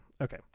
Okay